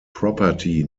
property